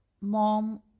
mom